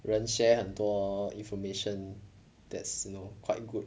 人 share 很多 information that's you know quite good